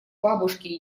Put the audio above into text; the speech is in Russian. бабушки